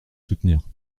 soutenir